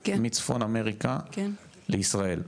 מצפון אמריקה לישראל,